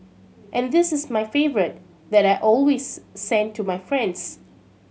and this is my favourite that I always send to my friends